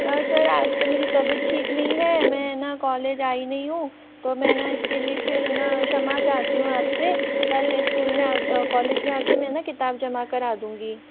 sir आज तो मेरी तबीयत ठीक नहीं है मैं न कॉलेज आई नहीं हूँ तो मैं है न इसके लिए फिर न क्षमा चाहती हूँ आपसे कल स्कूल में आकर कॉलेज में आकर मैं न किताब जमा करा दूंगी